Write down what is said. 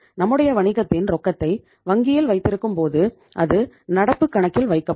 நம்முடைய வணிகத்தின் ரொக்கத்தை வங்கியில் வைத்திருக்கும் போது அது நடப்பு கணக்கில் வைக்கப்படும்